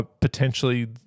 Potentially